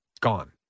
Gone